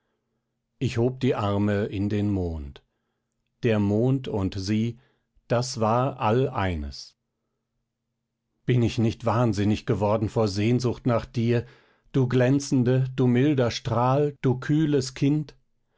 ich hob die arme in den mond der mond und sie das war all eines bin ich nicht wahnsinnig geworden vor sehnsucht nach dir du glänzende du milder strahl du kühles kind